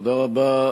תודה רבה.